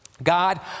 God